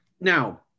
Now